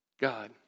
God